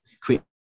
create